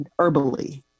Herbally